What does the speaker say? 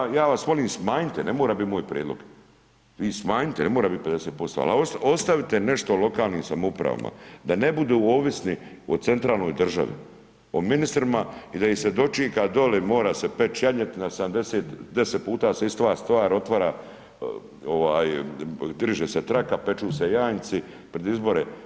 Pa, evo, ja vas molim smanjite, ne mora biti moj prijedlog, vi smanjite, ne mora biti 50% ali ostavite nešto lokalnim samoupravama da ne budu ovisni o centralnoj državi, o ministrima i da ih se dočeka dolje, mora se peči janjetina, 70, 10 puta se ista stvar otvara diže se traka, peku se janjci, pred izbore.